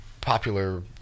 popular